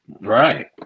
right